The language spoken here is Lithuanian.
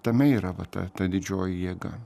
tame yra va ta ta didžioji jėga